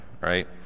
right